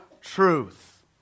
truth